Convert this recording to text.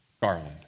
Garland